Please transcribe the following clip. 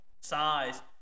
size –